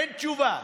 אין תשובה.